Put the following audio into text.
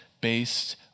based